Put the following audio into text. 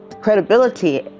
credibility